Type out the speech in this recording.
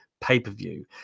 pay-per-view